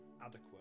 adequate